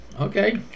okay